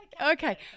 okay